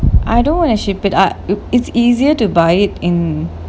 I don't want to ship it ah it's easier to buy it in